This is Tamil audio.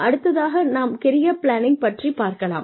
அடுத்ததாக நாம் கெரியர் ப்லான்னிங் பற்றி பார்க்கலாம்